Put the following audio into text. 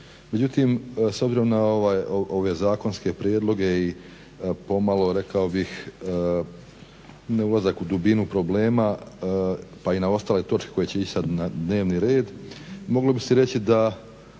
Međutim s obzirom na ove zakonske prijedloge i pomalo rekao bih ne ulazak u dubinu problema pa i na ostale točke koje će ići sada na dnevni red, moglo bi se reći da